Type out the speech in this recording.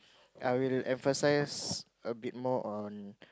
I will emphasize a bit more on